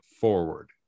forward